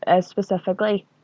specifically